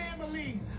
family